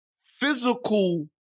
physical